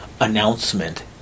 announcement